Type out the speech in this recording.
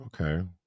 okay